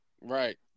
Right